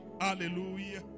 hallelujah